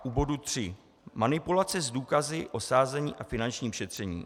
U bodu 3 manipulace s důkazy o sázení a finančním šetření.